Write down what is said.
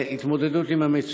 להתמודדות עם המצוקה.